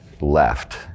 left